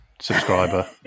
subscriber